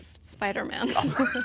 Spider-Man